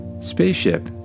Spaceship